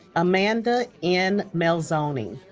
amanda n. melzoni